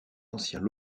anciens